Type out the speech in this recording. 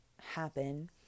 happen